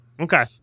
Okay